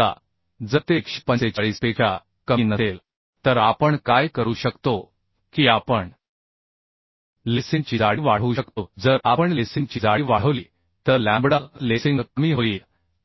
आता जर ते 145 पेक्षा कमी नसेल तर आपण काय करू शकतो की आपण लेसिंगची जाडी वाढवू शकतो जर आपण लेसिंगची जाडी वाढवली तर लॅम्बडा लेसिंग कमी होईल